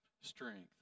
strength